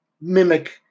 mimic